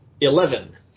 Eleven